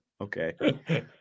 Okay